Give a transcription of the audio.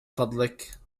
فضلك